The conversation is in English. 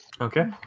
Okay